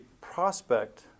prospect